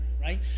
right